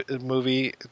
movie